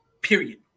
period